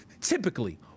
Typically